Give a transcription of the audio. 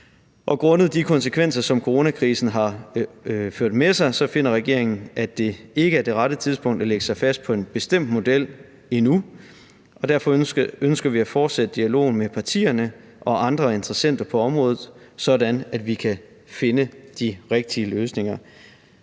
Grundet de konsekvenser, som coronakrisen har ført med sig, finder regeringen, at det ikke er det rette tidspunkt at lægge sig fast på en bestemt model endnu, og derfor ønsker vi at fortsætte dialogen med partierne og andre interessenter på området, sådan at vi kan finde de rigtige løsninger.